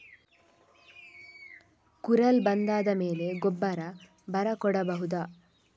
ಕುರಲ್ ಬಂದಾದ ಮೇಲೆ ಗೊಬ್ಬರ ಬರ ಕೊಡಬಹುದ?